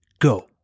go